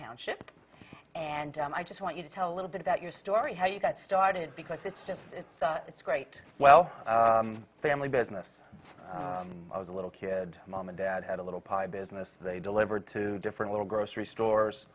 township and i just want you to tell a little bit about your story how you got started because it's just it's great well family business is a little kid mom and dad had a little pie business they delivered two different little grocery stores